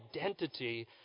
identity